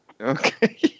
Okay